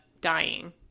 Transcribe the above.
dying